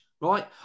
right